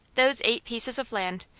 those eight pieces of land,